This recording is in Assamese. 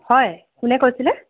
হয় কোনে কৈছিলে